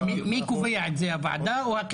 מי קובע את זה, הוועדה או הכנסת?